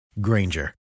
Granger